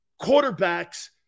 quarterbacks